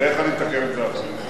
ואיך אני מתקן את זה אחרי זה?